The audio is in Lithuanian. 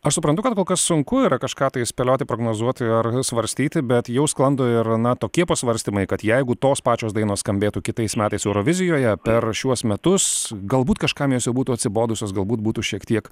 aš suprantu kad kol kas sunku yra kažką tai spėlioti prognozuoti ar svarstyti bet jau sklando ir na tokie pasvarstymai kad jeigu tos pačios dainos skambėtų kitais metais eurovizijoje per šiuos metus galbūt kažkam jos jau būtų atsibodusios galbūt būtų šiek tiek